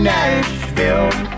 Nashville